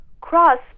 cross